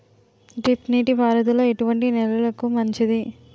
Drip నీటి పారుదల ఎటువంటి నెలలకు మంచిది?